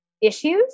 issues